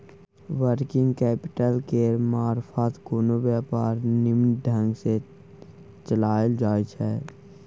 working capital केर मारफत कोनो व्यापार निम्मन ढंग सँ चलाएल जाइ छै